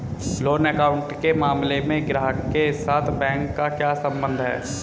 Loan account के मामले में ग्राहक के साथ बैंक का क्या संबंध है?